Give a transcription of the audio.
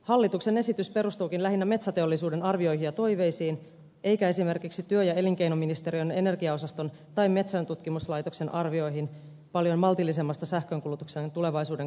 hallituksen esitys perustuukin lähinnä metsäteollisuuden arvioihin ja toiveisiin eikä esimerkiksi työ ja elinkeinoministeriön energiaosaston tai metsäntutkimuslaitoksen arvioihin paljon maltillisemmasta sähkönkulutuksen tulevaisuuden kasvusta